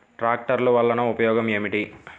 ట్రాక్టర్లు వల్లన ఉపయోగం ఏమిటీ?